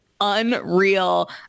unreal